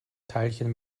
teilchen